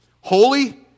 Holy